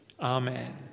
Amen